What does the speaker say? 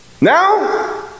Now